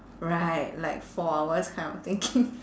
right like four hours kind of thinking